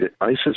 ISIS